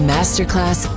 Masterclass